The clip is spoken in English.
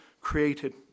created